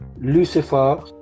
Lucifer